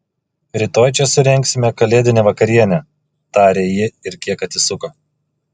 rytoj čia surengsime kalėdinę vakarienę tarė ji ir kiek atsisuko